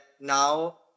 now